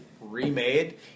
remade